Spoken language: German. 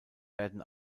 werden